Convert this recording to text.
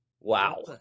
Wow